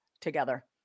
together